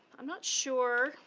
i'm not sure.